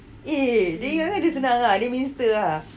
eh dia ingat dia senang ah dia minister ah